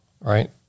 right